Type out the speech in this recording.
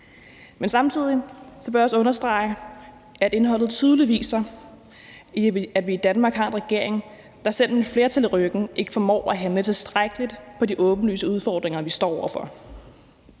Samtidig vil jeg også understrege, at indholdet tydeligt viser, at vi i Danmark har en regering, der selv med et flertal i ryggen ikke formår at handle tilstrækkeligt på de åbenlyse udfordringer, vi står over for.